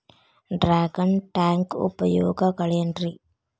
Dragon tank ಉಪಯೋಗಗಳೆನ್ರಿ?